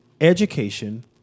education